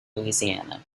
louisiana